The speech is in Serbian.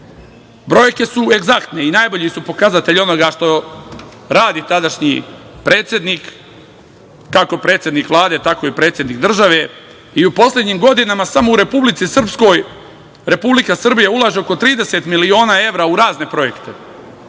su egzaktne i najbolji su pokazatelj onoga što radi tadašnji predsednik, kako predsednik Vlade, tako i predsednik države, i u poslednjim godinama samo u Republiku Srpsku Republika Srbija ulaže oko 30 miliona evra u razne projekte.